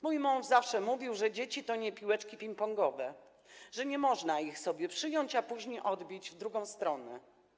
Mój mąż zawsze mówił, że dzieci to nie piłeczki pingpongowe, że nie można ich sobie przyjąć, a później odbić w drugą stronę.